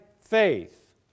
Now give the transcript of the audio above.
faith